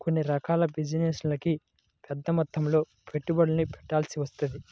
కొన్ని రకాల బిజినెస్లకి పెద్దమొత్తంలో పెట్టుబడుల్ని పెట్టాల్సి వత్తది